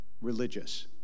religious